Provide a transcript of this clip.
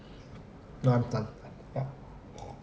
no I'm done ya